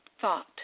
thought